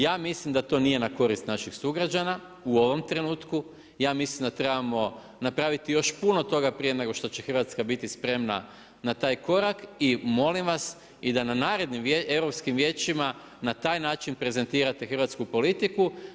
Ja mislim, da to nije na korist naših sugrađana u ovom trenutku, ja mislim da trebamo napraviti još puno toga prije nego što će Hrvatska biti spremna na taj korak i molim vas, i da na narednim europskim vijećima na taj način prezentirate hrvatsku politiku.